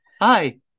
Hi